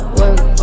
work